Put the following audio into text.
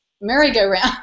merry-go-round